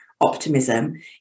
optimism